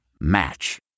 Match